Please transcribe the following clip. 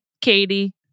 Katie